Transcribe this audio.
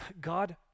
God